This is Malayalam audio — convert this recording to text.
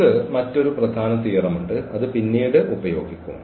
നമുക്ക് മറ്റൊരു പ്രധാന തിയറമുണ്ട് അത് പിന്നീട് ഉപയോഗിക്കും